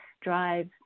drive